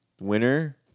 Winner